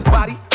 Body